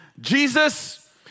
Jesus